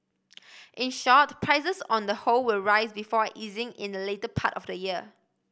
in short prices on the whole will rise before easing in the latter part of the year